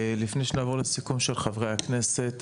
לפני שנעבור לסיכום של חברי הכנסת,